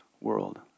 world